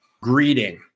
greeting